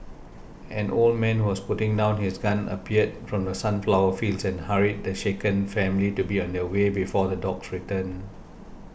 an old man who was putting down his gun appeared from the sunflower fields and hurried the shaken family to be on their way before the dogs return